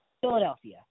Philadelphia